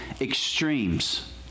extremes